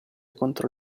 contro